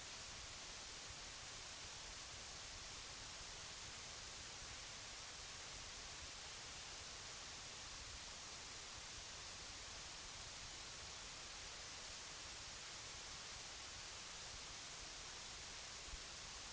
I varje fall minskar antalet högst väsentligt, och jag tror att det är en utveckling som man får motse litet överallt, även om utvecklingen hittills i vår egen huvudstad mest har letts av den fortgående kontoriseringen.